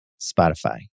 Spotify